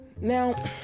Now